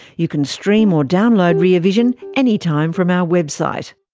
you can stream or download rear vision any time from our website.